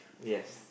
yes